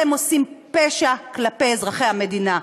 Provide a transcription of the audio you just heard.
אתם עושים פשע כלפי אזרחי המדינה.